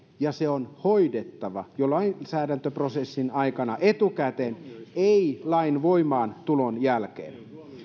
ja se on hoidettava jo lainsäädäntöprosessin aikana etukäteen ei lain voimaantulon jälkeen